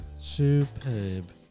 Superb